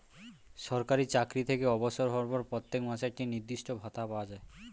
সরকারি চাকরি থেকে অবসর হওয়ার পর প্রত্যেক মাসে একটি নির্দিষ্ট ভাতা পাওয়া যায়